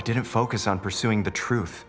i didn't focus on pursuing the truth